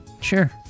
Sure